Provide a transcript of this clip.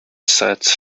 sets